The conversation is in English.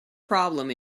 problem